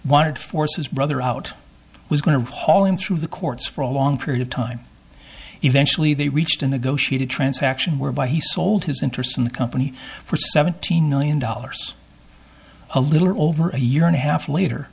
wanted forces brother out was going to haul him through the courts for a long period of time eventually they reached a negotiated transaction whereby he sold his interest in the company for seventeen million dollars a little over a year and a half later